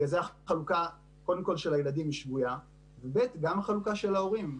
ובגלל זה החלוקה של הילדים היא שגויה וגם החלוקה של ההורים.